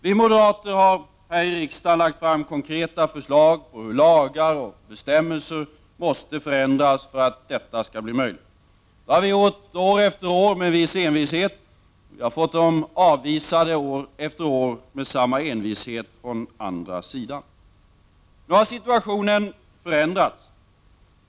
Vi moderater har här i riksdagen lagt fram konkreta förslag på hur lagar och bestämmelser måste förändras för att detta skall bli möjligt. Det har vi gjort år efter år, med en viss envishet, och fått dem avvisade år efter år, med samma envishet från andra sidan. Nu har situationen förändrats.